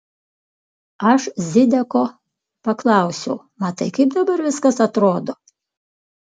aš zideko paklausiau matai kaip dabar viskas atrodo